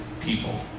people